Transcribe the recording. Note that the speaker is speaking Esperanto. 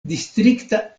distrikta